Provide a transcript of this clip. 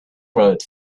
rode